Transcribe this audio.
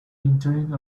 entering